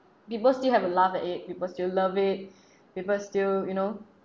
people still have a laugh at it people still love it people still you know